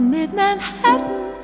Mid-Manhattan